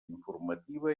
informativa